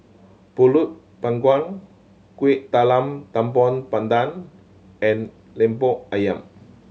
Pulut Panggang Kueh Talam Tepong Pandan and Lemper Ayam